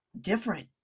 different